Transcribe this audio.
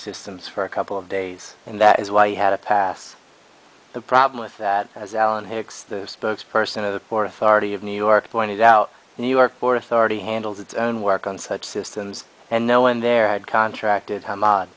systems for a couple of days and that is why he had a pass the problem with that as alan hicks the spokes person of the port authority of new york pointed out new york for authority handles its own work on such systems and no one there had contracted h